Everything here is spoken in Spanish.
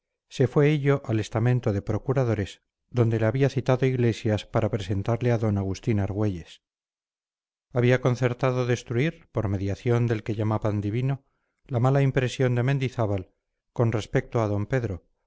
se fue hillo al estamento de procuradores donde le había citado iglesias para presentarle a d agustín argüelles habían concertado destruir por mediación del que llamaban divino la mala impresión de mendizábal con respecto a don pedro